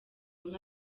nka